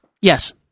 Yes